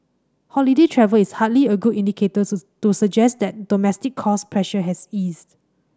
holiday travel is hardly a good indicator to suggest that domestic cost pressure has eased